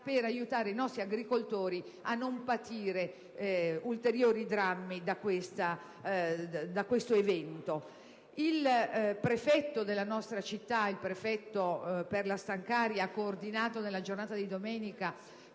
per aiutare i nostri agricoltori a non patire ulteriori drammi da questo evento. Il prefetto della nostra città, Perla Stancari, ha coordinato nella giornata di domenica